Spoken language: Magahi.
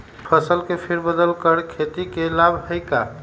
फसल के फेर बदल कर खेती के लाभ है का?